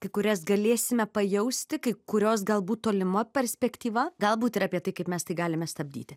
kai kurias galėsime pajausti kai kurios galbūt tolima perspektyva galbūt ir apie tai kaip mes tai galime stabdyti